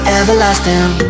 everlasting